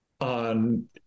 on